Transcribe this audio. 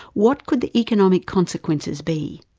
what could the economic consequences be?